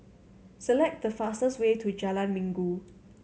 select the fastest way to Jalan Minggu